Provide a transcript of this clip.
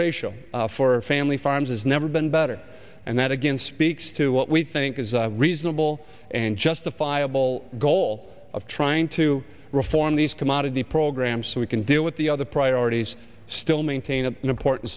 ratio for family farms has never been better and that again speaks to what we think is a reasonable and justifiable goal of trying to reform these commodity programs so we can deal with the other priorities still maintain an importan